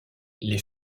les